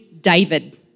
David